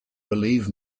believe